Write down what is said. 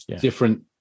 different